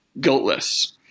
guiltless